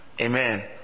Amen